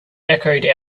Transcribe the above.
echoed